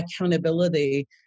accountability